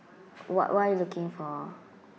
what what are you looking for